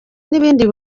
n’ibindi